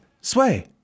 Sway